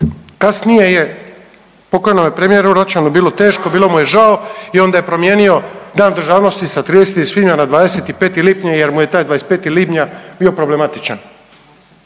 Kasnije je pokojnome premijeru Račanu bilo teško, bilo mu je žao i onda je promijenio dan državnosti sa 30. svibnja na 25. lipnja jer mu je taj 25. lipnja bio problematičan.